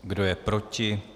Kdo je proti?